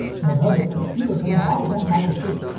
you'll notice that a few of them are all bent out of shape,